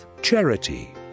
Charity